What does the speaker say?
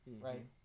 Right